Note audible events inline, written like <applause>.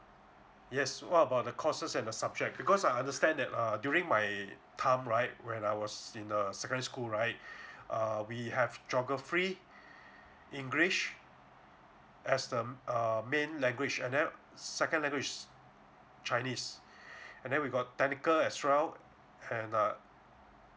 yes what about the courses and the subject because I understand that err during my time right when I was in uh secondary school right <breath> uh we have geography <breath> english as the uh main language and then second language is chinese <breath> and then we got technical as well and uh